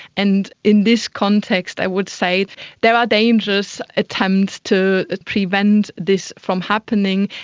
and in this context i would say there are dangerous attempts to prevent this from happening,